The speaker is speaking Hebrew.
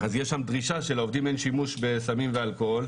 יש דרישה שם שלעובדים אין שימוש בסמים ואלכוהול,